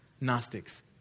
Gnostics